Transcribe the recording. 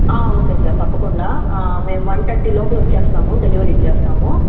okay sir తప్పకుండా మేము one థర్టీలోపల వచ్చేస్తాము డెలివరీ ఇచ్చేస్తాము